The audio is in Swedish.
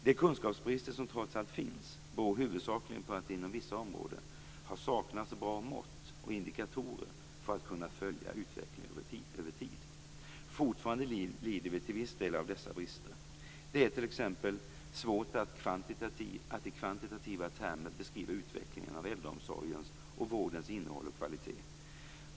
De kunskapsbrister som trots allt finns beror huvudsakligen på att det inom vissa områden har saknats bra mått och indikatorer för att kunna följa utvecklingen över tid. Fortfarande lider vi till viss del av dessa brister. Det är t.ex. svårt att i kvantitativa termer beskriva utvecklingen av äldreomsorgens och vårdens innehåll och kvalitet.